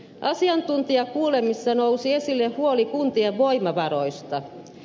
asiantuntijakuulemisessa nousi esille huoli kuntien voimavaroista